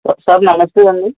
sir నమస్తే అండి